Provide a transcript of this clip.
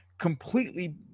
completely